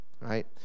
right